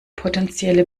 potenzielle